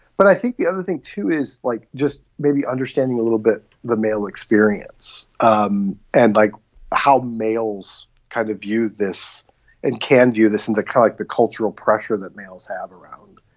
but i think the other thing, too, is like just maybe understanding a little bit the male experience um and like how males kind of view this and can view this in the like, the cultural pressure that males have around